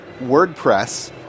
WordPress